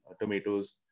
tomatoes